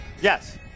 Yes